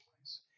place